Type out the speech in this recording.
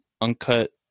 Uncut